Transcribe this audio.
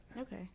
okay